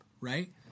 right